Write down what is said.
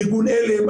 ארגון עלם,